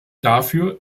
dafür